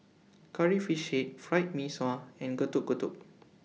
Curry Fish Head Fried Mee Sua and Getuk Getuk